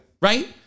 Right